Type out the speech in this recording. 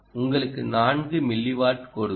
உங்களுக்கு 4 மில்லிவாட் கொடுக்கும்